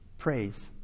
praise